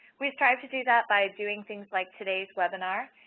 we strive to do that by doing things like today's webinar.